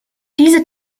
diese